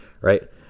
right